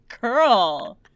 Girl